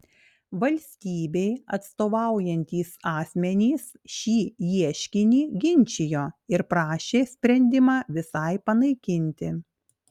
valstybei atstovaujantys asmenys šį ieškinį ginčijo ir prašė sprendimą visai panaikinti